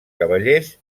cavallers